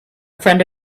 friend